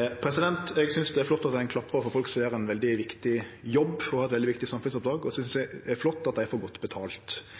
Eg synest det er flott at ein klappar for folk som gjer ein veldig viktig jobb og har eit veldig viktig samfunnsoppdrag, og